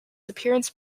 appearance